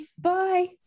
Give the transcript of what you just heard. Bye